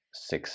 Six